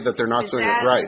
that they're not right